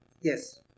Yes